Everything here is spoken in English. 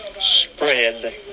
spread